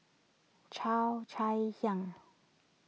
Cheo Chai Hiang